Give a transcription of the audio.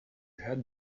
had